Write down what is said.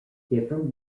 different